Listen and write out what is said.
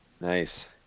Nice